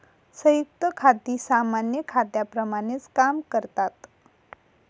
संयुक्त खाती सामान्य खात्यांप्रमाणेच काम करतात